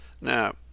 Now